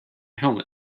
helmet